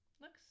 Looks